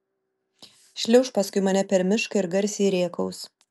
šliauš paskui mane per mišką ir garsiai rėkaus